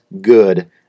good